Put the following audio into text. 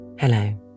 Hello